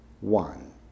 one